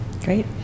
Great